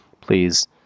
Please